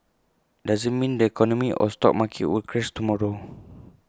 doesn't mean the economy or stock market will crash tomorrow